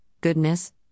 goodness